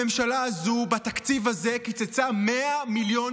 הממשלה הזו בתקציב הזה קיצצה 100 מיליון